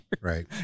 Right